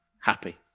happy